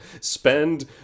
spend